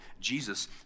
Jesus